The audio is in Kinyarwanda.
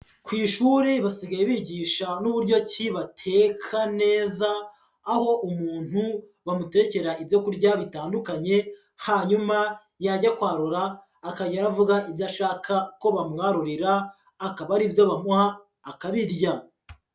Ku ishuri basigaye bigisha n'uburyo ki bateka neza, aho umuntu bamutekera ibyo kurya bitandukanye, hanyuma yajya kwarura akajya aravuga ibyo ashaka ko bamwarurira, akaba ari byo bamuha ,akabirya.